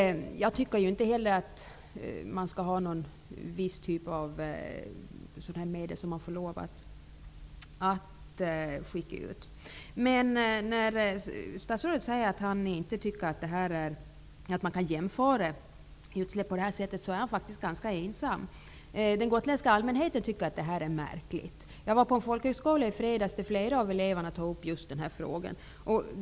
Jag anser inte heller att man skall få lov att släppa ut skadliga ämnen, men när statsrådet säger att han inte tycker att man kan jämföra utsläpp på det sätt som jag gör, är han faktiskt ganska ensam. Den gotländska allmänheten tycker att det här är märkligt. Jag var på en folkhögskola i fredags, där flera av eleverna tog upp just den här frågan.